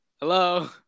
Hello